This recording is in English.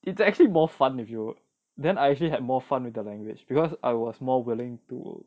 it's actually more fun if you then I actually had more fun with the language because I was more willing to